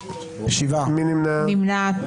מי נמנע?